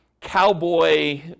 cowboy